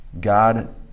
God